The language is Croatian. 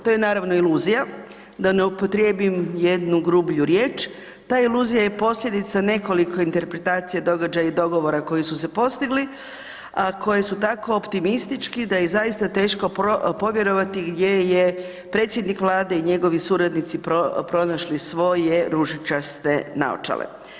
To je naravno iluzija, da ne upotrijebim jednu grublju riječ, ta iluzija je posljedica nekoliko interpretacija, događaja i dogovora koji su se postigli, a koje su tako optimistički da je zaista teško povjerovati gdje je predsjednik vlade i njegovi suradnici pronašli svoje ružičaste naočale.